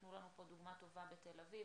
נתנו לנו פה דוגמה טובה בתל אביב,